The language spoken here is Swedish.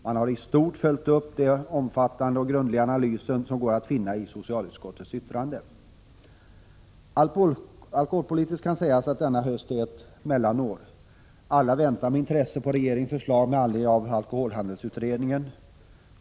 Man har i stort följt upp den omfattande och grundliga analys som socialutskottets yttrande innehåller. Alkoholpolitiskt kan det sägas att denna höst infaller under ett mellanår. Alla väntar med intresse på regeringens förslag med anledning av alkoholhandelsutredningen.